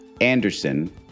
Anderson